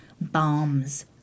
bombs